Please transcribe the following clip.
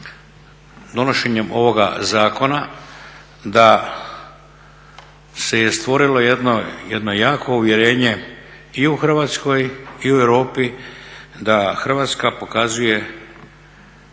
donošenjem ovoga zakona da se je stvorilo jedno jako uvjerenje i u Hrvatskoj i u Europi da Hrvatska pokazuje,